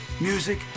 music